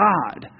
God